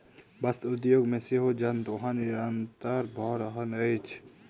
वस्त्र उद्योग मे सेहो जल दोहन निरंतन भ रहल अछि